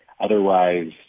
Otherwise